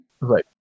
Right